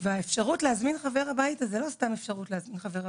והאפשרות להזמין חבר הביתה זו לא סתם אפשרות להזמין חבר הביתה,